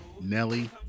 Nelly